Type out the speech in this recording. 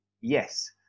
Yes